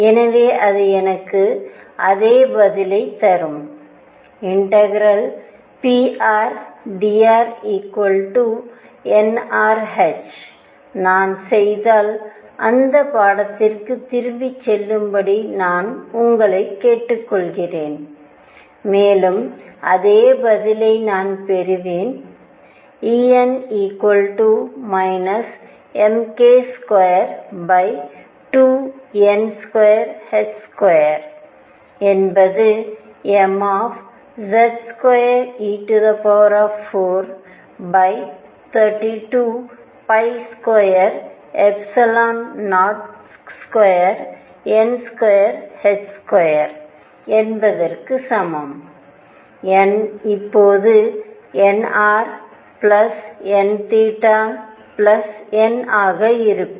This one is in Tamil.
எனவே அது எனக்கு அதே பதிலைத் தரும் ∫prdr nrh நான் செய்தால் அந்த பாடத்திற்கு திரும்பிச் செல்லும்படி நான் உங்களைக் கேட்டுக்கொள்கிறேன் மேலும் அதே பதிலை நான் பெறுவேன் En mk22n22 என்பது mZ2e4322022n2 இதற்கு சமம் n இப்போது nrnn ஆக இருக்கும்